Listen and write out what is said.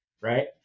right